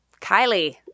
Kylie